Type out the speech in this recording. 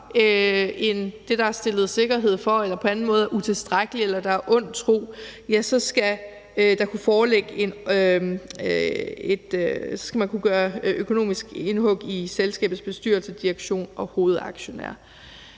end det, der er stillet sikkerhed for, eller hvis det på anden måde er utilstrækkeligt, eller hvis der er ond tro, skal man kunne gøre økonomisk indhug i selskabets bestyrelse, direktion og hovedaktionærer.